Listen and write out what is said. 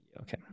Okay